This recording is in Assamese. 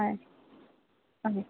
হয় হয়